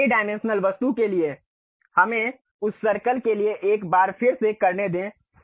इस 3 डायमेंशनल वस्तु के लिए हमें उस सर्कल के लिए एक बार फिर से करने दें